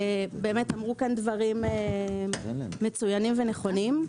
נאמרו פה דברים מצוינים ונכונים.